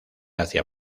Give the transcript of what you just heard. hacia